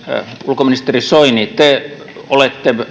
ulkoministeri soini te olette